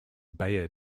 bayer